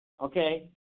okay